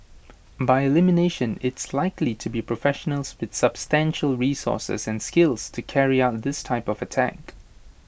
by elimination it's likely to be professionals with substantial resources and skills to carry out this type of attack